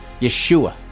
Yeshua